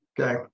Okay